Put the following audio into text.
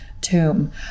tomb